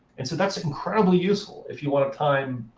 and so that's incredibly useful if you want to time